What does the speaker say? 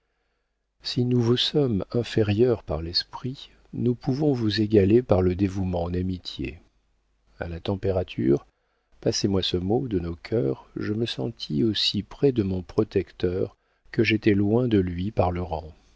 si nous vous sommes inférieurs par l'esprit nous pouvons vous égaler par le dévouement en amitié a la température passez-moi ce mot de nos cœurs je me sentis aussi près de mon protecteur que j'étais loin de lui par le rang